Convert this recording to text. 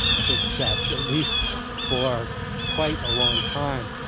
i think that at least for quite a long time,